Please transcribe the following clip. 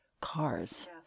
Cars